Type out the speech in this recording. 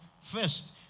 first